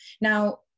Now